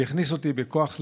והוא הכניס אותי בכוח לרכב.